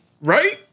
Right